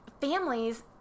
families